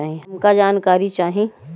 हमका जानकारी चाही?